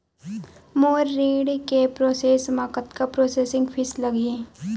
मोर ऋण के प्रोसेस म कतका प्रोसेसिंग फीस लगही?